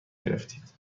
گرفتید